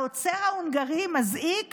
העוצר ההונגרי מזעיק